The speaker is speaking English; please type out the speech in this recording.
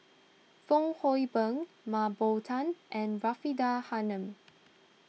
Fong Hoe Beng Mah Bow Tan and Faridah Hanum